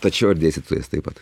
tačiau ar dėstytojas taip pat